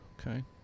okay